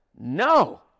No